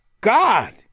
God